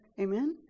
Amen